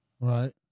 right